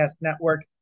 Network